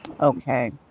okay